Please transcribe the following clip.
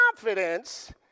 confidence